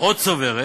או צוברת